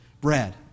bread